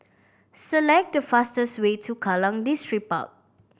select the fastest way to Kallang Distripark